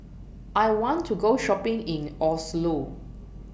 I want to Go Shopping in Oslo